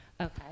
Okay